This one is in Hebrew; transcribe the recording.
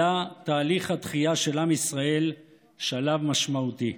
עלה תהליך התחייה של עם ישראל שלב משמעותי.